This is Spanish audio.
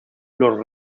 los